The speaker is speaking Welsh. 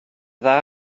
dda